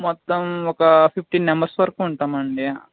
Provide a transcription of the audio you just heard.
మొత్తం ఒక fifteen members వరకు ఉంటామండి